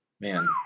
man